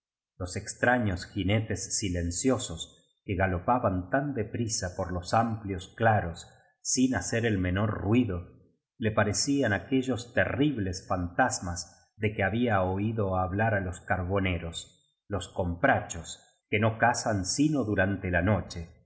los extraños jinetes silenciosos que galopaban tan de prisa por los amplios claros sin hacer el menor ruido le parecían aquellos terribles fantasmas de que había oído hablar á los carboneros los comprachos que no cazan sino durante la noche